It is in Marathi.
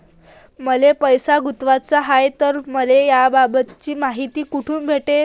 मले पैसा गुंतवाचा हाय तर मले याबाबतीची मायती कुनाकडून भेटन?